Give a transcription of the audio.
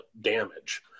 damage